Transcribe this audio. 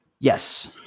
yes